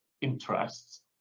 interests